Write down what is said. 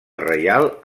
reial